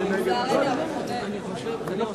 זה הרגע המכונן.